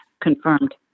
confirmed